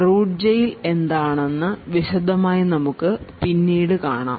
root ജയിൽ എന്താണെന്ന് വിശദമായി നമുക്ക് പിന്നീട് കാണാം